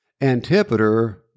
Antipater